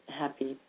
happy